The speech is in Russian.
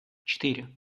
четыре